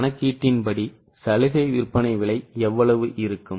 எனவே சலுகை விற்பனை விலை எவ்வளவு இருக்கும்